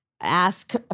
ask